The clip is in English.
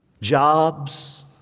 jobs